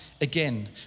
again